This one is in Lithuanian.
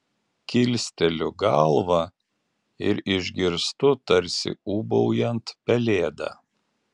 kilsteliu galvą ir išgirstu tarsi ūbaujant pelėdą